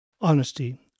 Honesty